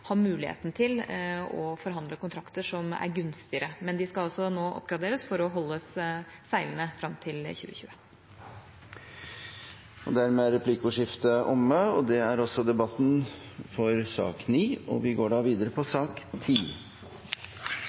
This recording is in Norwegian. muligheten til å forhandle kontrakter som er gunstigere. Men de skal altså nå oppgraderes for å holdes seilende fram til 2020. Replikkordskiftet er omme. Flere har ikke bedt om ordet til sak nr. 9. Etter ønske fra kommunal- og